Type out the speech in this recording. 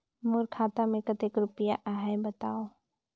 मोर खाता मे कतेक रुपिया आहे बताव?